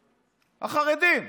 החרדים,